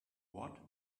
what